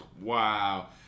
Wow